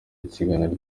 ikiganiro